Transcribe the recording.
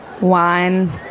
Wine